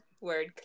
word